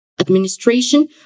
administration